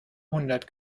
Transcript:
hundert